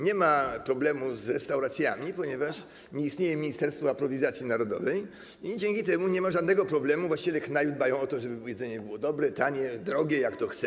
Nie ma problemu z restauracjami, ponieważ nie istnieje ministerstwo aprowizacji narodowej i dzięki temu nie ma żadnego problemu, właściwie te knajpy dbają o to, żeby jedzenie było dobre, tanie, drogie, jak kto chce.